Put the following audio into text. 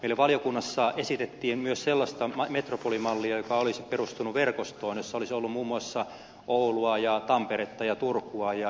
meille valiokunnassa esitettiin myös sellaista metropolimallia joka olisi perustunut verkostoon jossa olisi ollut muun muassa oulua ja tamperetta ja turkua ja jyväskylää